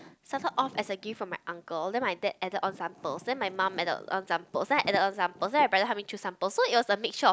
started off as a gift from my uncle then my dad added on some pearls then my mum added on some pearls then I added on some pearls then my brother help me choose some pearls so it was a mixture of